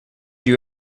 you